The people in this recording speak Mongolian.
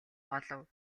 олов